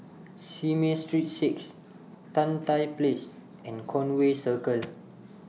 Simei Street six Tan Tye Place and Conway Circle